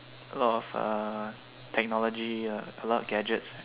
a lot of uh technology a lot of gadgets